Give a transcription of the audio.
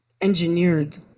engineered